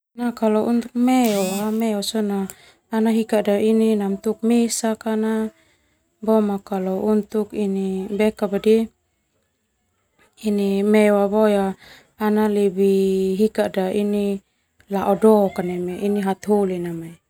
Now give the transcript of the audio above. Kalo untuk meo meo sona ana hikada ini namatuk mesa ka na, boma kalo untuk ini meo ana lebih hikada ini la'o doka neme ini hataholi na.